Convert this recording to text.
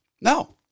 No